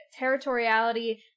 territoriality